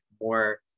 more